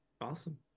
awesome